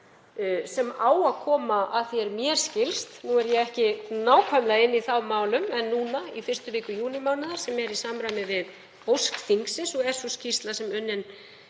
sem á að koma, að því er mér skilst, nú er ég ekki nákvæmlega inn í málum, í fyrstu viku júnímánaðar sem er í samræmi við ósk þingsins og er sú skýrsla unnin